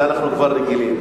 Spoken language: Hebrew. אנחנו כבר רגילים.